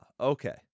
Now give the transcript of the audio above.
okay